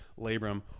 labrum